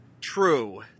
True